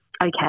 Okay